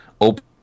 open